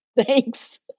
Thanks